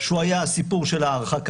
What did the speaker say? שהוא היה הסיפור של ההרחקה,